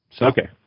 Okay